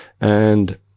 And-